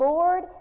Lord